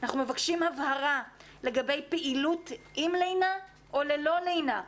אנחנו מבקשים הבהרה לגבי פעילות עם לינה או ללא לינה,